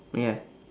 ya